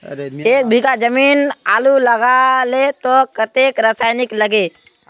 एक बीघा जमीन आलू लगाले तो कतेक रासायनिक लगे?